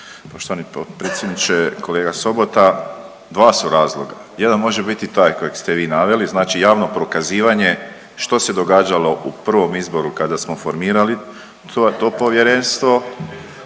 poštovani potpredsjedniče. Kolega Sobota, 2 su razloga. Jedan može biti taj kojeg ste vi naveli, znači javno prokazivanje što se događalo u prvom izboru kada smo formirali to Povjerenstvo,